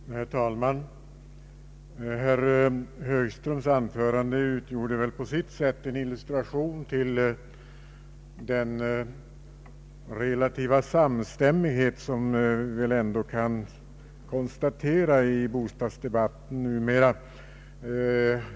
Herr talman! Herr Högströms anförande utgjorde på sitt sätt en illustration till den relativa samstämmighet som vi väl ändå kan konstatera i bostadsdebatten numera.